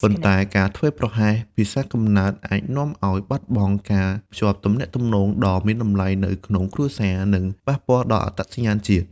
ប៉ុន្តែការធ្វេសប្រហែសភាសាកំណើតអាចនាំឱ្យបាត់បង់ការភ្ជាប់ទំនាក់ទំនងដ៏មានតម្លៃនៅក្នុងគ្រួសារ និងប៉ះពាល់ដល់អត្តសញ្ញាណជាតិ។